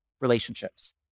relationships